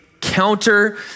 counter